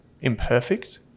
imperfect